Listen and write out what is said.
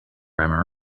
grammar